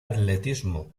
atletismo